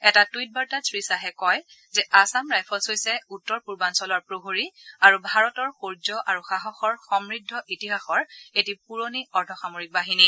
এটা টুইট বাৰ্তাত শ্ৰীয়াহে কয় যে আছাম ৰাইফল্ছ হৈছে উত্তৰ পূৰ্বাঞ্চলৰ প্ৰহৰী আৰু ভাৰতৰ সৌৰ্য আৰু সাহসৰ সমূদ্ধ ইতিহাসৰ এটি পূৰণি অৰ্ধসামৰিক বাহিনী